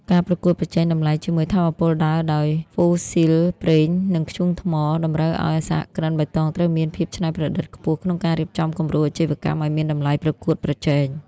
ការប្រកួតប្រជែងតម្លៃជាមួយថាមពលដើរដោយហ្វូស៊ីល ប្រេង និងធ្យូងថ្ម តម្រូវឱ្យសហគ្រិនបៃតងត្រូវមានភាពច្នៃប្រឌិតខ្ពស់ក្នុងការរៀបចំគំរូអាជីវកម្មឱ្យមានតម្លៃប្រកួតប្រជែង។